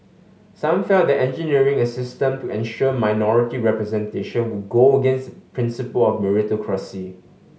some felt that engineering a system to ensure minority representation would go against the principle of meritocracy